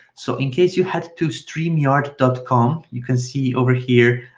so in case you had to streamyard com, you can see over here,